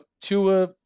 Tua